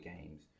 Games